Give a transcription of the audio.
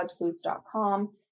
WebSleuths.com